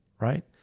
Right